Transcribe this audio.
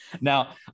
Now